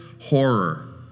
horror